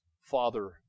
father